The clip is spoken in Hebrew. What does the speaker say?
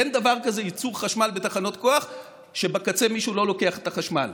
אין דבר כזה ייצור חשמל בתחנות כוח כשבקצה מישהו לא לוקח את החשמל.